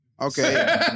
Okay